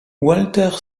walter